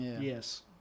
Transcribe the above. yes